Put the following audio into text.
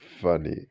Funny